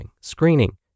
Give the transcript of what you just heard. screening